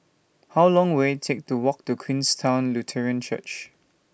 How Long Will IT Take to Walk to Queenstown Lutheran Church